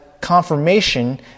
confirmation